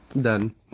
done